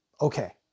okay